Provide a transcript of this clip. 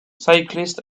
cyclists